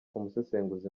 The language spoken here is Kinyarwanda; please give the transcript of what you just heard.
umusesenguzi